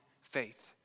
faith